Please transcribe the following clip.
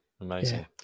Amazing